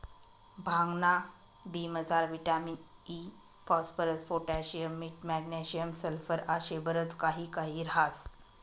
भांगना बी मजार विटामिन इ, फास्फरस, पोटॅशियम, मीठ, मॅग्नेशियम, सल्फर आशे बरच काही काही ह्रास